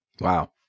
Wow